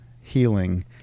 healing